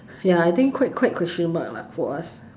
ya I think quite quite question mark lah for us